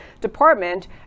Department